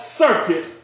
circuit